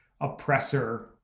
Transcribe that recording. oppressor